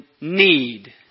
need